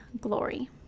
glory